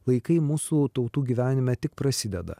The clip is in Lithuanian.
laikai mūsų tautų gyvenime tik prasideda